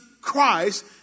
Christ